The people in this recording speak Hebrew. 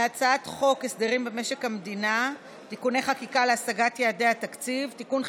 להצעת חוק הסדרים במשק המדינה (תיקוני חקיקה להשגת יעדי התקציב) (תיקון,